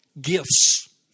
Gifts